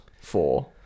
four